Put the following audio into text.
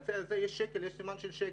בקצה הזה יש שקל, יש סימן של שקל,